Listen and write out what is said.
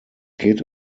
geht